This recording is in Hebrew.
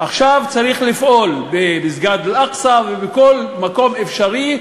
עכשיו צריך לפעול במסגד אל-אקצא, ובכל מקום אפשרי,